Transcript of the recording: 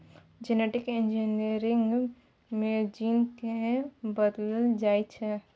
genetic engineering मे gene केँ बदलल जाइ छै